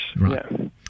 Right